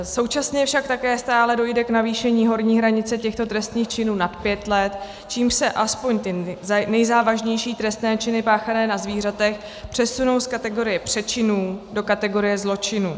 Současně však také dojde k navýšení horní hranice těchto trestných činů nad pět let, čímž se aspoň ty nejzávažnější trestné činy páchané na zvířatech přesunou z kategorie přečinů do kategorie zločinů.